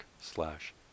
slash